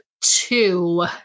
two